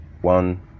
one